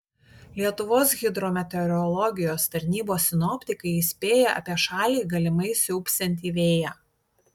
lietuvos hidrometeorologijos tarnybos sinoptikai įspėja apie šalį galimai siaubsiantį vėją